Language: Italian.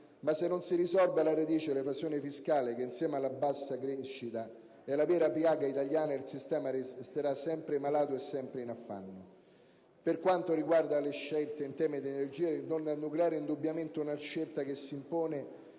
se non si risolve alla radice l'evasione fiscale, che insieme alla bassa crescita è la vera piaga italiana, il sistema resterà sempre malato e sempre in affanno. Per quanto riguarda le scelte in tema di energia, il ritorno al nucleare è indubbiamente una scelta che si impone